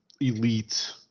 elite